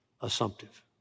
assumptive